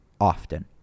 often